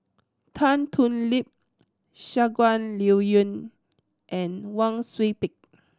Tan Thoon Lip Shangguan Liuyun and Wang Sui Pick